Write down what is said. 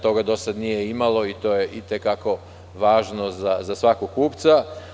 Toga do sada nije bilo i to je i te kako važno za svakog kupca.